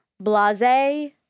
Blase